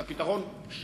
את הפתרון שלנו,